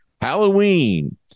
Halloween